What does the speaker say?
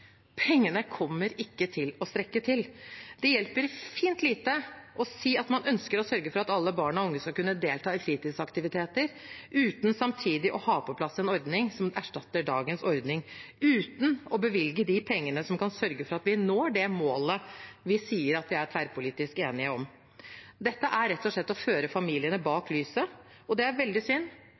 Pengene kommer ikke til å strekke til. Det hjelper fint lite å si at man ønsker å sørge for at alle barn og unge skal kunne delta i fritidsaktiviteter – uten samtidig å ha på plass en ordning som erstatter dagens ordning, uten å bevilge penger som kan sørge for at vi når det målet vi sier vi er tverrpolitisk enige om. Dette er rett og slett å føre familiene bak lyset, og det er veldig synd,